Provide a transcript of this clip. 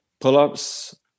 pull-ups